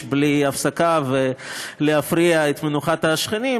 בלי הפסקה ולהפריע את מנוחת השכנים,